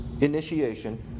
initiation